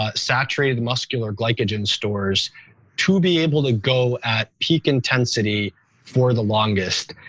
ah saturated muscular glycogen stores to be able to go at peak intensity for the longest.